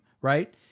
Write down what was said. right